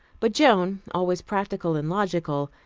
but joan, always practical and logical,